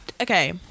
okay